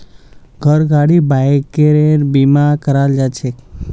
घर गाड़ी बाइकेर बीमा कराल जाछेक